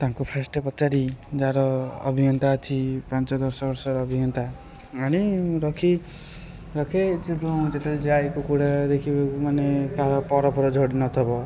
ତାଙ୍କୁ ଫାଷ୍ଟ ପଚାରି ଯାହାର ଆଭିଜ୍ଞତା ଅଛି ପାଞ୍ଚ ଦଶ ବର୍ଷର ଅଭିଜ୍ଞତା ଆଣି ରଖି ରଖେ ସେ ଯୋଉଁ ଯେତେବେଳେ ଯାଏ କୁକୁଡ଼ା ଦେଖିବାକୁ ମାନେ କାହାର ପରଫର ଝଡ଼ି ନଥବ